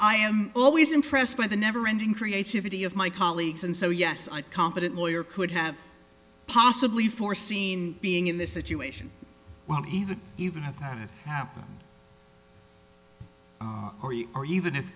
i am always impressed by the never ending creativity of my colleagues and so yes i competent lawyer could have possibly foreseen being in this situation when he the even have that it happened for you or even if